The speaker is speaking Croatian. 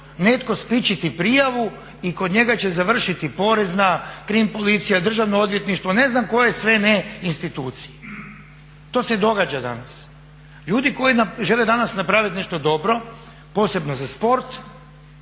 netko spičiti prijavu i kod njega će završiti porezna, krim policija, državno odvjetništvo ne znam koje sve institucije. To se i događa danas. Ljudi koje žele danas napraviti nešto dobro posebno za sport